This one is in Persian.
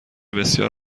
بسیار